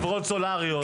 חברות סולאריות,